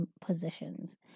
positions